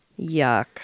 Yuck